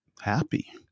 happy